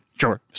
Sure